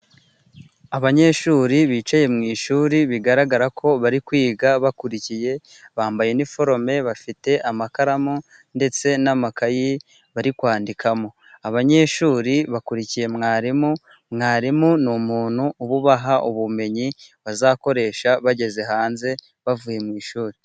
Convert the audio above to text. Abanyeshuri bicaye mu ishuri bigaragarako bari kwiga bakurikiye bambaye niforome bafite amakaramu ndetse n'amakayi bari kwandikamo, abanyeshuri bakurikiye mwarimu. Mwarimu ni umuntu uba ubaha ubumenyi bazakoresha bageze hanze bavuye mu ishuri.